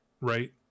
Right